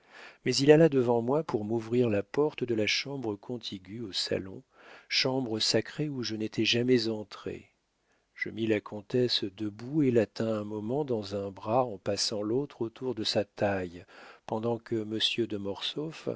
mais il alla devant moi pour m'ouvrir la porte de la chambre contiguë au salon chambre sacrée où je n'étais jamais entré je mis la comtesse debout et la tins un moment dans un bras en passant l'autre autour de sa taille pendant que monsieur de